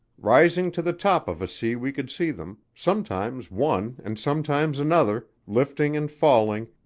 rising to the top of a sea we could see them, sometimes one and sometimes another, lifting and falling,